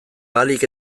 ahalik